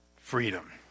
freedom